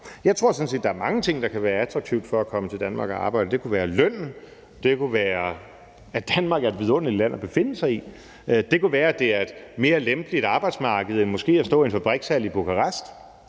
Jeg tror sådan set, der er mange ting, der kan være attraktivt for at komme til Danmark og arbejde. Det kunne være i lønnen, det kunne være, at Danmark er et vidunderligt land at befinde sig i, det kunne være, det er et mere lempeligt arbejdsmarked end måske at stå i en fabrikshal i Bukarest.